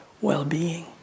well-being